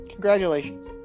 Congratulations